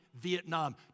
Vietnam